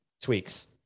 tweaks